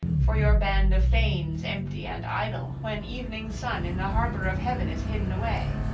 for your band of thanes empty and idle, when evening sun in the harbor of heaven is hidden away.